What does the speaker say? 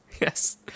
Yes